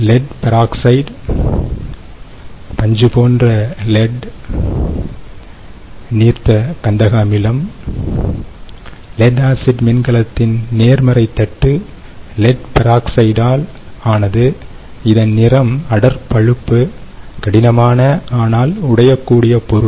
lead peroxide பஞ்சுபோன்ற lead நீர்த்த கந்தக அமிலம் லெட் ஆசிட் மின்கலத்தின் நேர்மறை தட்டு லெட்பெராக்சைடால் ஆனது இதன் நிறம் அடர் பழுப்பு கடினமான ஆனால் உடையக்கூடிய பொருள்